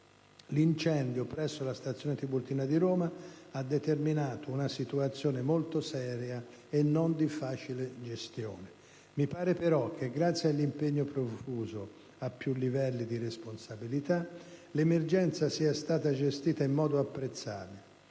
l'incendio presso la stazione Tiburtina di Roma ha determinato una situazione molto seria e di non facile gestione. Mi sembra però che, grazie all'impegno profuso a più livelli di responsabilità, l'emergenza sia stata gestita in modo apprezzabile,